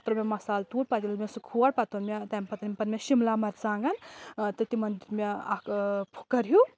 تَتھ تٕرُوو مے مصالہٕ تور پتہٕ ییلہِ مےٚ سُہ کھول پتہٕ اوٚن مےٚ تَمہِ پَتہٕ انٛۍ پَتہٕ مےٚ شِملا مرژانٛگن تہٕ تِمن دیُت مےٚ اکھ پھُکر ہِیوٗ